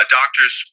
doctors